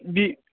बि